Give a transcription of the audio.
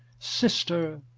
sister,